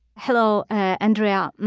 hello, andrea.